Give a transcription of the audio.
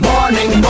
Morning